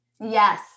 Yes